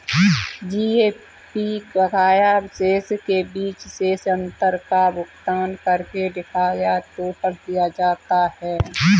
GAP बकाया शेष के बीच शेष अंतर का भुगतान करके लिखा या टोटल किया जाता है